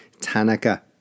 Tanaka